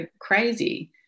crazy